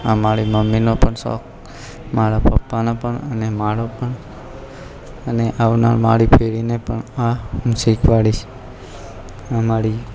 અમારી મમ્મીનો પણ શોખ મારા પપ્પાનો પણ અને મારો પણ અને આવનાર મારી પેઢીને પણ આ હું શીખવાડીશ અમારી